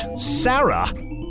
Sarah